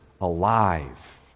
alive